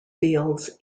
fields